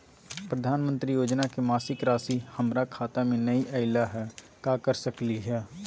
प्रधानमंत्री योजना के मासिक रासि हमरा खाता में नई आइलई हई, का कर सकली हई?